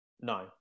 No